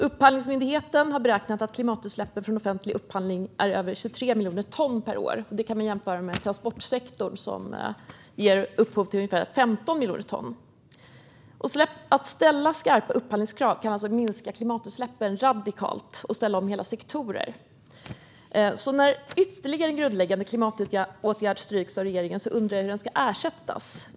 Upphandlingsmyndigheten har beräknat att klimatutsläppen från offentlig upphandling är över 23 miljoner ton per år. Det kan man jämföra med transportsektorn, som ger upphov till ungefär 15 miljoner ton. Att ställa skarpa upphandlingskrav kan alltså minska klimatutsläppen radikalt och ställa om hela sektorer. När ytterligare en grundläggande klimatåtgärd stryks av regeringen undrar jag hur den ska ersättas?